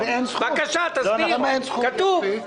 בבקשה, תסביר.